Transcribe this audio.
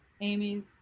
Amy